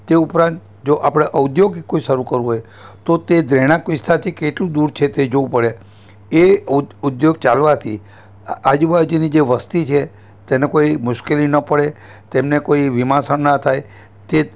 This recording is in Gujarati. તે ઉપરાંત જો આપણે ઔદ્યોગિક કોઈ શરૂ કરવું હોય તો તે રહેણાંક વિસ્તાર કેટલું દૂર છે તે જોવું પડે એ ઉદ્યોગ ચાલવાથી આજુબાજુની જે વસ્તી છે તેને કોઈ મુશ્કેલી ન પડે તેમને કોઈ વિમાસણ ના થાય તે